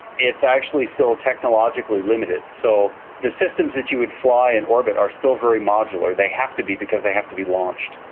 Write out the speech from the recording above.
it's actually still technologically limited. so the systems that you would fly in orbit are still very modular, they have to be because they have to be launched.